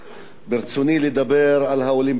ברצוני לדבר על האולימפיאדה.